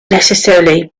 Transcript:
necessarily